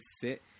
sit